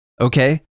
Okay